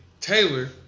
Taylor